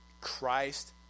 Christ